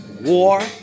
war